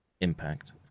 impact